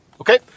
okay